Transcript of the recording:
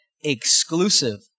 exclusive